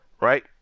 Right